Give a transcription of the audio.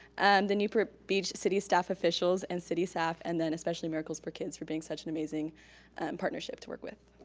and the newport beach city staff officials and city staff, and then, especially miracles for kids for being such an amazing partnership to work with.